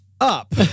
up